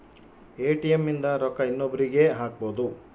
ATM ಇಂದ ರೊಕ್ಕ ಇನ್ನೊಬ್ರೀಗೆ ಹಕ್ಬೊದು